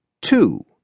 two